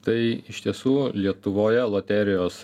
tai iš tiesų lietuvoje loterijos